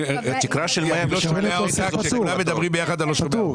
את אמרת זעיר.